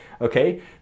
okay